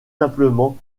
simplement